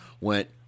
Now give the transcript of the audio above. went